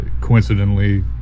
coincidentally